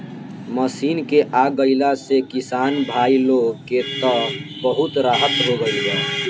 machine के आ गईला से किसान भाई लोग के त बहुत राहत हो गईल बा